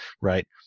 right